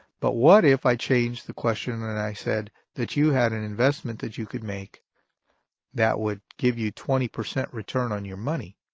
but what if i changed the question and i said that you had an investment that you could make that would give you twenty percent return on your money?